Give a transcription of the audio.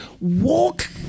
walk